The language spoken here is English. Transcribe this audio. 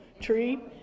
tree